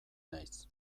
naiz